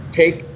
take